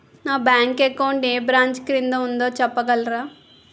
నా bank account ఏ branch కిందా ఉందో చెప్పగలరా?